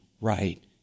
right